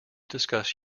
discuss